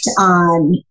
on